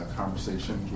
conversation